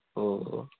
ஓ ஓ